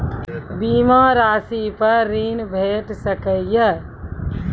बीमा रासि पर ॠण भेट सकै ये?